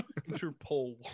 interpol